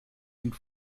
und